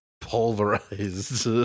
pulverized